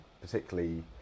particularly